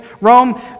Rome